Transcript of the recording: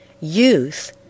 Youth